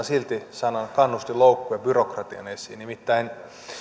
silti sanan kannustinloukku ja byrokratian esiin nimittäin